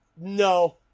No